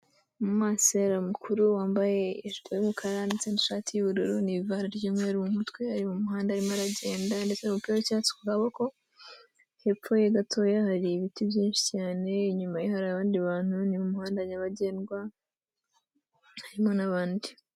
Umumansera mukuru wambaye ijipo y'umukara ndetse n'ishati y'ubururu n'ivara ry'umweru mu mutwe, ari mu muhanda arimo aragenda, ndetse umupira w'icyatsi ku kaboko, hepfo ye gatoya hari ibiti byinshi cyane, inyuma ye hari abandi bantu, ni mu muhanda nyabagendwa, harimo n'abandi.